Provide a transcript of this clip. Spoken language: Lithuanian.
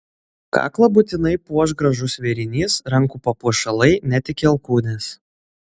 kaklą būtinai puoš gražus vėrinys rankų papuošalai net iki alkūnės